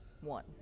one